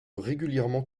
régulièrement